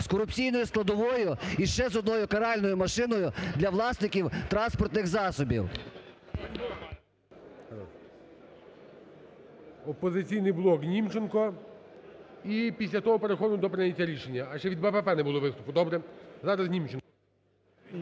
з корупційною складовою і ще з одною каральною машиною для власників транспортних засобів. ГОЛОВУЮЧИЙ. "Опозиційний блок", Німченко. І після того переходимо до прийняття рішення. А, ще від БПП не було виступу, добре, зараз Німченко.